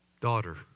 daughter